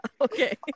Okay